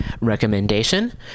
recommendation